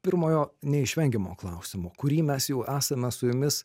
pirmojo neišvengiamo klausimo kurį mes jau esame su jumis